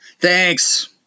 thanks